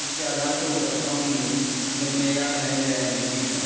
اس کے آدھار پہ اترتا ہوں یا نہیں مطلب معیار ہے میرا یا نہیں جی سر